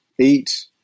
eat